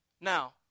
Now